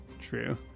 True